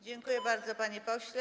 Dziękuje bardzo, panie pośle.